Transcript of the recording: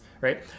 right